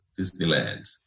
Disneyland